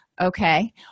okay